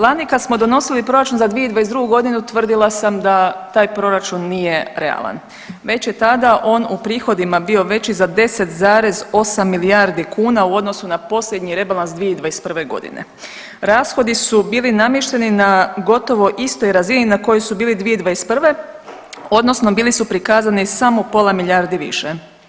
Lani kad smo donosili proračun za 2022.g. tvrdila sam da taj proračun nije realan, već je tada on u prihodima bio veći za 10,8 milijardi kuna u odnosu na posljednji rebalans 2021.g. Rashodi su bili namješteni na gotovo istoj razini na koji su bili 2021. odnosno bili su prikazani samo pola milijardi više.